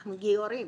אנחנו גיורים,